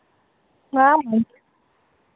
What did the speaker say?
ᱦᱮᱸ ᱦᱮᱸ